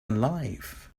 alive